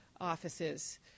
offices